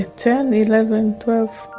ten, eleven, twelve